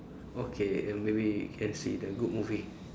okay and maybe can see the good movie